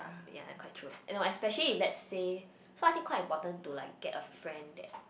ya quite true and you know especially if let's say so I think quite important to like get a friend that